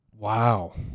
Wow